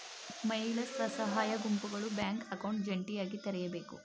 ಮಹಿಳಾ ಸ್ವಸಹಾಯ ಗುಂಪುಗಳು ಬ್ಯಾಂಕ್ ಅಕೌಂಟ್ ಜಂಟಿಯಾಗಿ ತೆರೆಯಬೇಕು